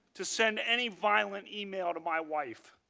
to send any violent email to my wife,